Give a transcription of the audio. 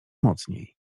mocniej